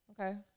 Okay